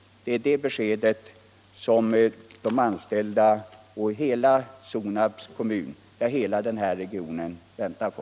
Det är det beskedet som de anställda och hela den här regionen väntar på.